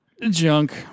Junk